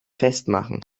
festmachen